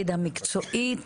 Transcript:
המקצועית,